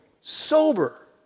sober